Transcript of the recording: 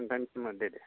thanks होनबा दे दे